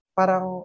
parang